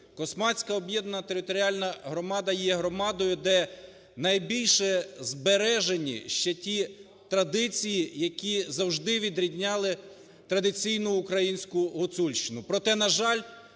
Космацька об'єднана територіальна громада є громадою, де найбільше збережені ще ті традиції, які завжди відрізняли традиційну українську Гуцульщину.